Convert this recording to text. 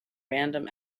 random